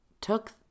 took